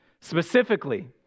Specifically